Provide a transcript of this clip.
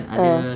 ah